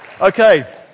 Okay